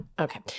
Okay